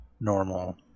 normal